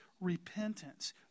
repentance